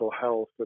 health